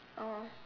oh